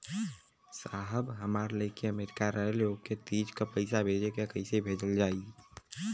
साहब हमार लईकी अमेरिका रहेले ओके तीज क पैसा भेजे के ह पैसा कईसे जाई?